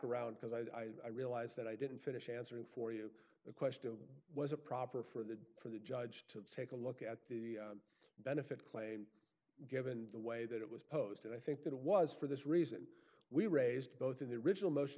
around because i did i realize that i didn't finish answering for you the question was a proper for the for the judge to take a look at the benefit claim given the way that it was posed and i think that it was for this reason we raised both in the original motion